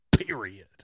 Period